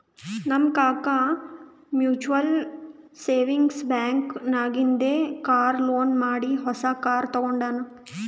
ನಮ್ ಕಾಕಾ mutual savings bank ನಾಗಿಂದೆ ಕಾರ್ ಲೋನ್ ಮಾಡಿ ಹೊಸಾ ಕಾರ್ ತಗೊಂಡಾನ್